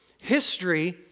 History